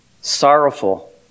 sorrowful